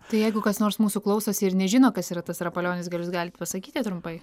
tai jeigu kas nors mūsų klausosi ir nežino kas yra tas rapolionis gal jūs galit pasakyti trumpai